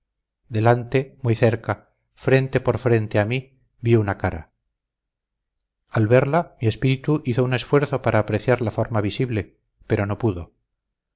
delante muy cerca frente por frente a mí vi una cara al verla mi espíritu hizo un esfuerzo para apreciar la forma visible pero no pudo